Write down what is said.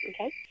Okay